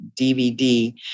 DVD